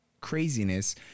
craziness